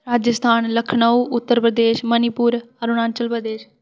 Rajasthan Lucknow Uttar Pradesh Manipur Arunachal Pradesh